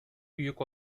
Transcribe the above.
büyük